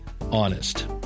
honest